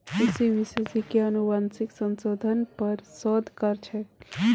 कृषि विशेषज्ञ अनुवांशिक संशोधनेर पर शोध कर छेक